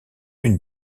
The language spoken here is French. une